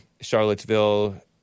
Charlottesville